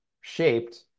shaped